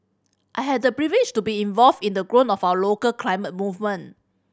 I had the privilege to be involved in the growth of our local climate movement